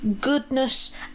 goodness